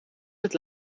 het